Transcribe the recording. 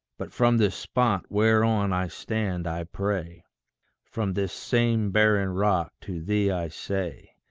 but from this spot whereon i stand, i pray from this same barren rock to thee i say,